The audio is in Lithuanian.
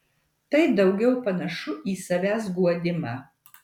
tai daugiau panašu į savęs guodimą